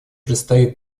предстоит